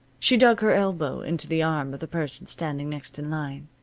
she dug her elbow into the arm of the person standing next in line.